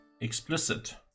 explicit